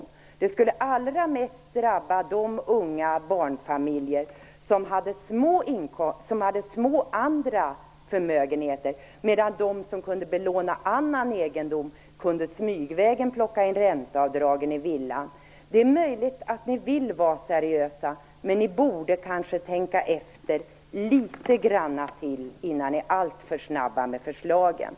Allra mest skulle det drabba de unga barnfamiljer som hade små andra förmögenheter, medan de som kunde belåna annan egendom smygvägen kunde plocka in ränteavdragen i villan. Det är möjligt att ni vill vara seriösa, men ni borde kanske tänka efter ytterligare litet grand innan ni alltför snabbt lägger fram förslagen.